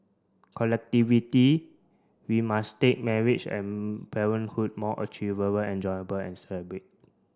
we must take marriage and parenthood more achievable and enjoyable and celebrate